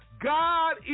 God